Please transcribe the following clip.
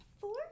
four